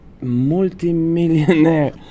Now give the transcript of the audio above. multi-millionaire